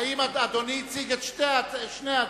האם אדוני הציג את שני הצווים?